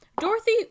Dorothy